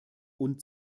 und